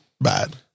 bad